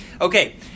Okay